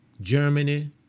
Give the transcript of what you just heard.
Germany